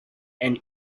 and